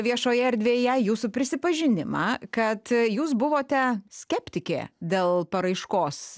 viešoje erdvėje jūsų prisipažinimą kad jūs buvote skeptikė dėl paraiškos